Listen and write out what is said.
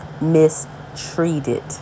mistreated